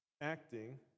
acting